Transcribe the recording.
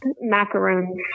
macaroons